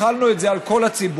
החלנו את זה על כל הציבור,